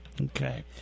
Okay